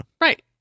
Right